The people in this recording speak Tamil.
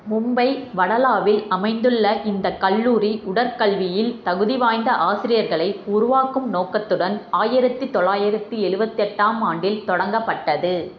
மும்பை வடாலாவில் அமைந்துள்ள இந்த கல்லூரி உடற்கல்வியில் தகுதி வாய்ந்த ஆசிரியர்களை உருவாக்கும் நோக்கத்துடன் ஆயிரத்து தொள்ளாயிரத்து ஏழுபத்தெட்டா ஆம் ஆண்டில் தொடங்கப்பட்டது